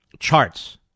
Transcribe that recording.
charts